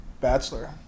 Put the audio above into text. Bachelor